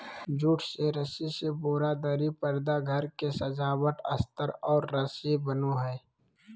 jute से रस्सी से बोरा, दरी, परदा घर के सजावट अस्तर और रस्सी बनो हइ